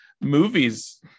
movies